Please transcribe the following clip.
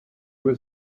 was